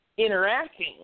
interacting